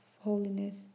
holiness